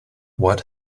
what